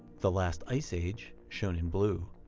the last ice age, shown in blue.